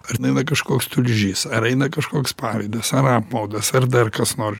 ar neina kažkoks tulžys ar eina kažkoks pavydas ar apmaudas ar dar kas nor